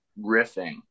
riffing